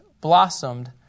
blossomed